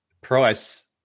price